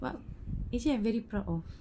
but actually I'm very proud of